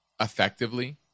effectively